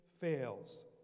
fails